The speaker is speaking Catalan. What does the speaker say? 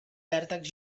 vèrtex